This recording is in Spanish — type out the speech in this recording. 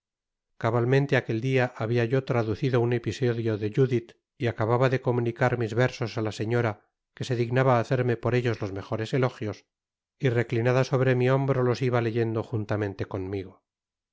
cabalmente aquel dia habia yo traducido un episodio de judith y acababa de comunicar mis versos á la señora que se dignaba hacerme por ellos los mejores elogios y reclinada sobre mi hombro los iba leyendo juntamente conmigo